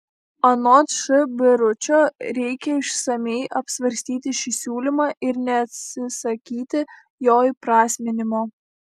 anot š biručio reikia išsamiai apsvarstyti šį siūlymą ir neatsisakyti jo įprasminimo